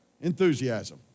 enthusiasm